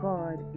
God